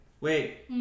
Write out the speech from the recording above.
Wait